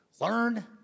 Learn